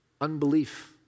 unbelief